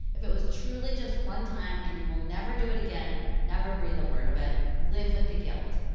if it was truly just one time and you will never do it again, never breathe a word of it, live with the guilt.